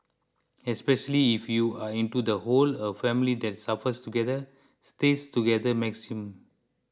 especially if you are into the whole of family that suffers together stays together maxim